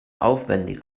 aufwendig